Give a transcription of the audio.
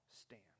stand